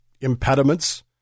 impediments